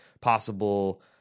possible